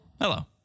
Hello